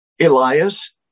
Elias